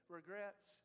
Regrets